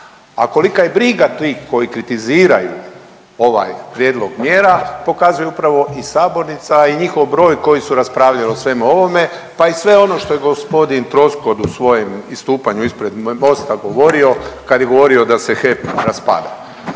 A kolika je briga tih koji kritiziraju ovaj prijedlog mjera pokazuje upravo i sabornica, a i njih broj koji su raspravljali o svemu ovome, pa i sve ono što je gospodin Troskot u svojem istupanju ispred Mosta govorio kada je govorio da se HEP raspada.